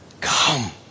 come